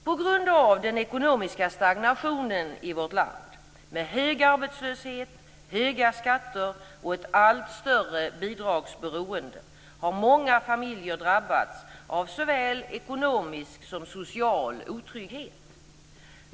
På grund av den ekonomiska stagnationen i vårt land, med hög arbetslöshet, höga skatter och ett allt större bidragsberoende, har många familjer drabbats av såväl ekonomisk som social otrygghet.